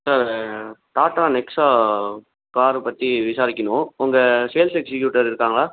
sir Tata Nexa காரைப் பற்றி விசாரிக்கணும் உங்கள் சேல்ஸ் எக்ஸிகியூட்டர் இருக்காங்களா